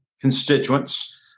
constituents